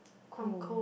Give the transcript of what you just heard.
cold